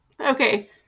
Okay